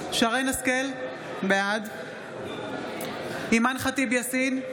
שרן מרים השכל, בעד אימאן ח'טיב יאסין,